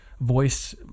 voice